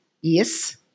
Yes